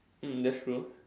um that's true